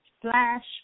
slash